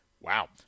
Wow